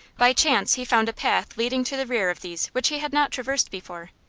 by chance he found a path leading to the rear of these which he had not traversed before,